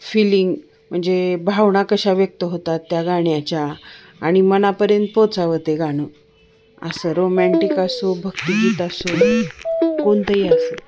feeling म्हणजे भावना कशा व्यक्त होतात त्या गाण्याच्या आणि मनापर्यंत पोचावं ते गाणं असं रोमँटिक असो भक्तगीत असो कोणतंही असो